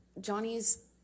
Johnny's